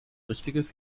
richtiges